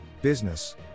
Business